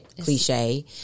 cliche